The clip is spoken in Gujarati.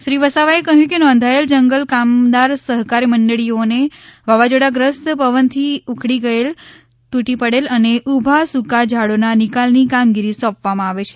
શ્રી વસાવાએ કહ્યું કે નોંધાયેલ જંગલ કામદાર સહકારી મંડળીઓને વાવાઝોડાગ્રસ્ત પવનથી ઉખડી ગયેલ તૂટી પડેલ અને ઊભાં સૂકા ઝાડોના નિકાલની કામગીરી સોંપવામાં આવે છે